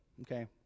Okay